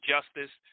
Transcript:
Justice